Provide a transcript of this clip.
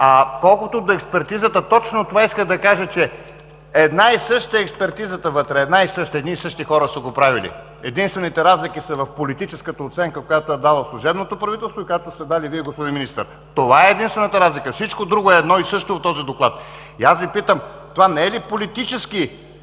Колкото до експертизата – точно това исках да кажа, че една и съща е експертизата вътре, едни и същи хора са го правили. Единствените разлики са в политическата оценка, която е дала служебното правителство и която сте дали Вие, господин Министър. Това е единствената разлика, всичко друго е едно и също от този доклад. И аз Ви питам: това не е ли политически